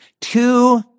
two